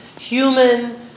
human